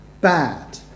bad